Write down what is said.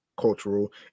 cultural